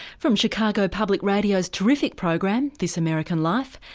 from chicago public radio's terrific program this american life,